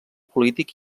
polític